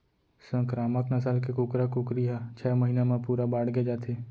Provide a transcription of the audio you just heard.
संकरामक नसल के कुकरा कुकरी ह छय महिना म पूरा बाड़गे जाथे